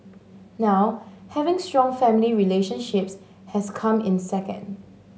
now having strong family relationships has come in second